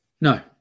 no